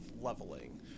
leveling